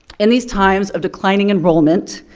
in these times of declining enrollment,